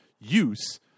use